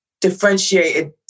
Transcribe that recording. differentiated